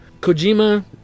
Kojima